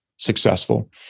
Successful